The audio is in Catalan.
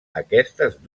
aquestes